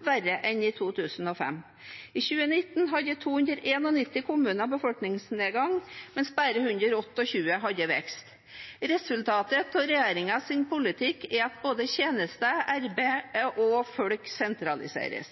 verre enn i 2005. I 2019 hadde 291 kommuner befolkningsnedgang, mens bare 128 hadde vekst. Resultatet av regjeringens politikk er at både tjenester, arbeid og folk sentraliseres.